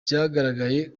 byagaragaye